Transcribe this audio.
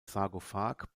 sarkophag